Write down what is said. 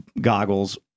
goggles